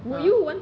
ha